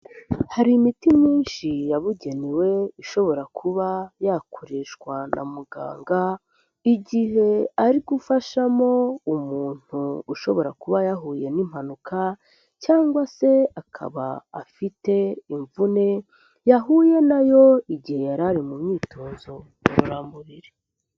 Hari imiti myinshi yabugenewe ishobora kuba yakoreshwa na muganga, igihe ari gufashamo umuntu ushobora kuba yahuye n'impanuka cyangwa se akaba afite imvune yahuye nayo igihe yari ari mu myitozo ngororamubiri.